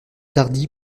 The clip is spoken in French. tardy